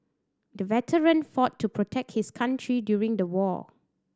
the veteran fought to protect his country during the war